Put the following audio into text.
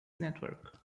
network